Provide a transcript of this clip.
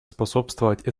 способствовать